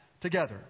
together